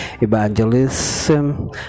evangelism